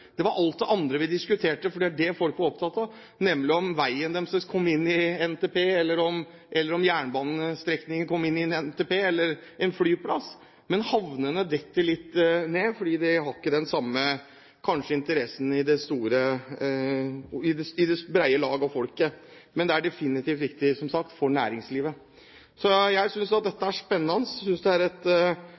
periode, var det slik at havnene falt litt mellom noen stoler. Det var alt det andre vi diskuterte – vi diskuterte det folk var opptatt av, nemlig om veien deres kom inn i NTP, om jernbanestrekningen eller en flyplass kom inn i NTP. Men havnene detter litt ned, kanskje fordi de ikke har den samme interessen i det brede lag av folket. Men det er definitivt viktig, som sagt, for næringslivet. Jeg synes at dette er spennende. Det er et